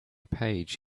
page